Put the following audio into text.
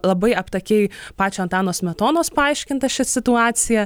labai aptakiai pačio antano smetonos paaiškinta ši situacija